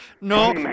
No